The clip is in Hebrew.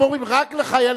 הם אומרים רק לחיילים,